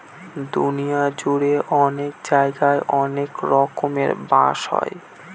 দুনিয়া জুড়ে অনেক জায়গায় অনেক রকমের বাঁশ হয়